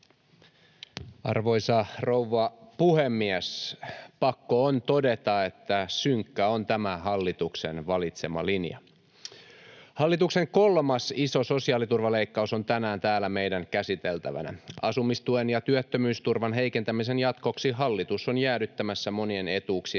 Arvoisa rouva puhemies! Pakko on todeta, että synkkä on tämä hallituksen valitsema linja. Hallituksen kolmas iso sosiaaliturvaleikkaus on tänään täällä meidän käsiteltävänä. Asumistuen ja työttömyysturvan heikentämisen jatkoksi hallitus on jäädyttämässä monien etuuksien